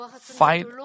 fight